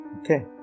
okay।